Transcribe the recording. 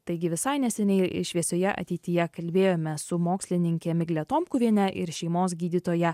taigi visai neseniai šviesioje ateityje kalbėjome su mokslininke migle tomkuviene ir šeimos gydytoja